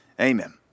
Amen